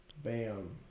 bam